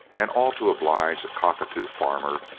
and all to oblige a cockatoo farmer,